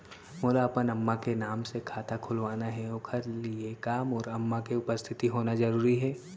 मोला अपन अम्मा के नाम से खाता खोलवाना हे ओखर लिए का मोर अम्मा के उपस्थित होना जरूरी हे?